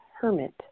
hermit